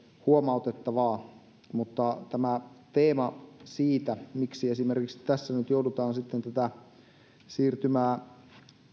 huomautettavaa mutta tämä teema siitä miksi esimerkiksi tässä nyt joudutaan sitten tätä siirtymää